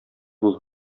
бул